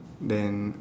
then